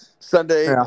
Sunday